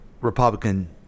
Republican